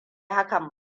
hakan